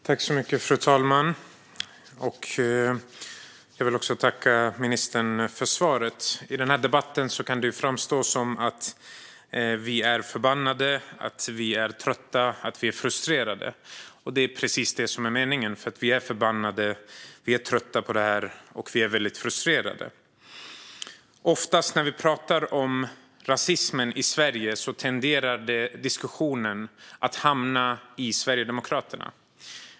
Fru talman! Jag vill tacka ministern för svaret. I den här debatten kan det framstå som att vi är förbannade, att vi är trötta och att vi är frustrerade. Och det är precis det som är meningen, för vi är förbannade, vi är trötta på det här och vi är väldigt frustrerade. Oftast när vi pratar om rasismen i Sverige tenderar diskussionen att hamna i Sverigedemokraterna.